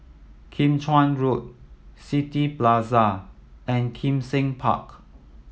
Kim Chuan Road City Plaza and Kim Seng Park